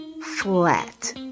flat